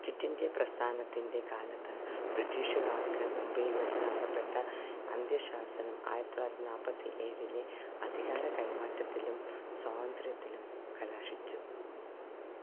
quit India പ്രസ്ഥാനത്തിന്റെ കാലത്ത് ബ്രിട്ടീഷുകാർക്ക് മുംബൈയിൽ വെച്ചു നൽകപ്പെട്ട അന്ത്യശാസനം ആയിരത്തി തൊള്ളായിരത്തി നാൽപ്പത്തി ഏഴിലെ അധികാര ക്കൈമാറ്റത്തിലും സ്വാതന്ത്ര്യത്തിലും കലാശിച്ചു